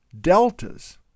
deltas